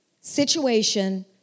situation